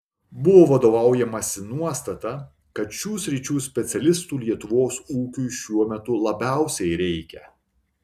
buvo vadovaujamasi nuostata kad šių sričių specialistų lietuvos ūkiui šiuo metu labiausiai reikia